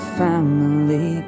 family